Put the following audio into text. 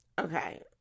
Okay